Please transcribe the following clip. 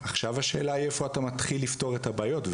עכשיו השאלה היא איפה אתה מתחיל לפתור את הבעיות.